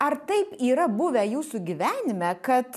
ar taip yra buvę jūsų gyvenime kad